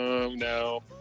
no